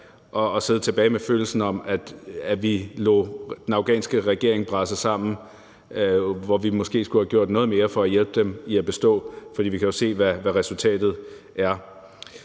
og sidde tilbage med følelsen af, at vi lod den afghanske regering brase sammen, hvor vi måske skulle have gjort noget mere for at hjælpe dem i at bestå, for vi kan jo se, hvad resultatet er.